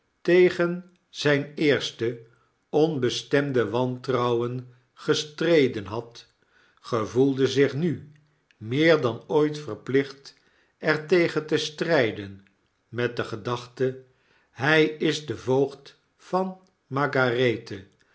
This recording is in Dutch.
tegen zyn eerste onbestemde wantrouwen gestreden had gevoelde zich nu meer dan ooit verplicht er tegen te strgden met de gedachte hy isde voogd van margarethe